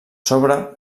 sobre